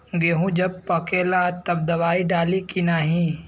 गेहूँ जब पकेला तब दवाई डाली की नाही?